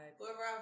Whoever